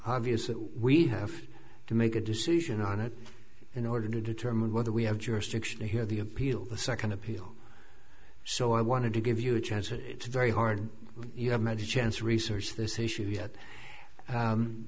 obvious that we have to make a decision on it in order to determine whether we have jurisdiction to hear the appeal the second appeal so i wanted to give you a chance and it's very hard you have many chance research this issue yet